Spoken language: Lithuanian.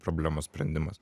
problemos sprendimas